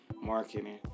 marketing